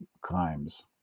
crimes